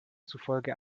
zufolge